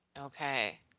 Okay